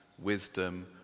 wisdom